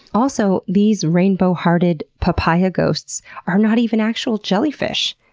also, these rainbow-hearted papaya ghosts are not even actual jellyfish,